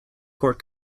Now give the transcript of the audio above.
court